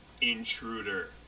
Intruder